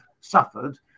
suffered